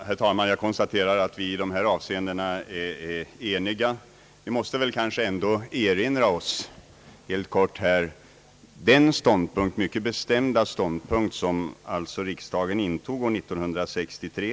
Herr talman! Jag konstaterar att vi i de avseenden det här gäller är eniga. Vi bör ändå erinra oss den mycket bestämda ståndpunkt, som riksdagen intog år 1963.